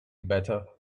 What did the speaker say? better